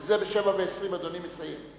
וזה שב-07:20 אדוני מסיים.